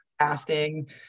casting